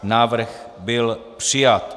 Návrh byl přijat.